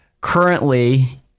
currently